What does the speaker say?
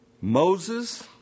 Moses